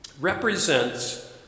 represents